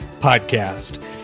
Podcast